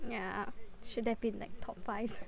yeah should have been like top five